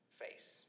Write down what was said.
face